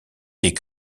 des